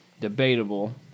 debatable